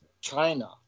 China